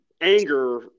anger